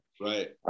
right